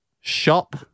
shop